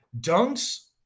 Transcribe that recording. Dunks